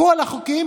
פקודים,